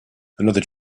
another